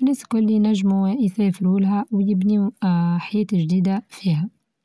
الناس كلوليو لنچموا يسافرولها ويبنيو اه حياة چديدة فيها.